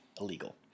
illegal